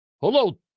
Hello